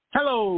Hello